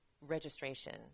registration